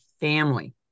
family